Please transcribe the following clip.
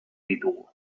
ditugu